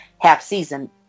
half-season